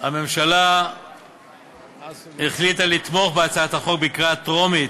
הממשלה החליטה לתמוך בהצעת החוק בקריאה טרומית.